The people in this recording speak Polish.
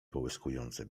połyskujące